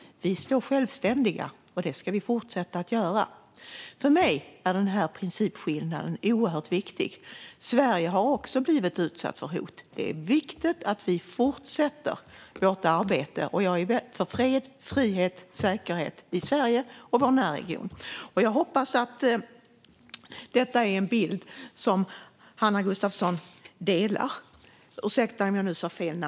Vi står självständiga och det ska vi fortsätta att göra." För mig är den här principskillnaden oerhört viktig. Sverige har också blivit utsatt för hot. Det är viktigt att vi fortsätter vårt arbete för fred, frihet och säkerhet i Sverige och i vår närregion. Jag hoppas att detta är en bild som Hanna Gunnarsson delar.